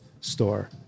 store